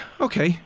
okay